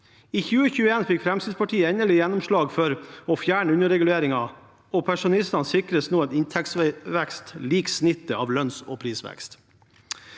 I 2021 fikk Fremskrittspartiet endelig gjennomslag for å fjerne underreguleringen, og pensjonistene sikres nå en inntektsvekst lik snittet av lønns- og prisvekst.